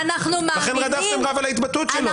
לכן רדפתם רב על ההתבטאות שלו...